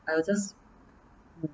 I will just